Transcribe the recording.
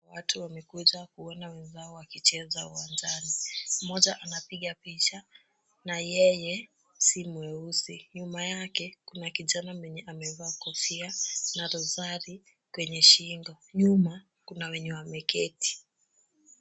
Watu wamekuja kuona wenzao wakicheza uwanjani. Mmoja anapiga picha na yeye si mweusi. Nyuma yake kuna kijana mwenye amevaa kofia na rozari kwenye shingo. Nyuma kuna wenye wameketi.